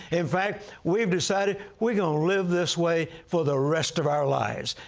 in fact, we've decided we're going to live this way for the rest of our lives,